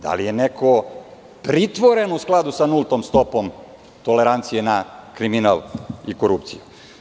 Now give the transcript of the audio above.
Da li je neko pritvoren u skladu sa nultom stopom tolerancije na kriminal i korupciju?